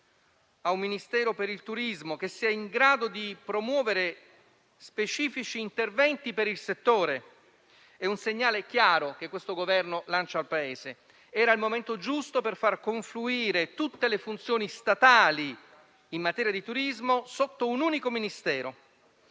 a un Ministero del turismo che sia in grado di promuovere specifici interventi per il settore. Si tratta di un segnale chiaro che questo Governo lancia al Paese. Era il momento giusto per far confluire tutte le funzioni statali in materia di turismo sotto un unico Ministero,